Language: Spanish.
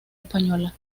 española